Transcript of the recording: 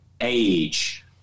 age